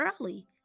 early